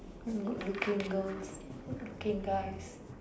good looking girls good looking guys